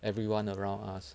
everyone around us